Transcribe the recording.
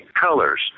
Colors